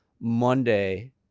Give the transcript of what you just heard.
Monday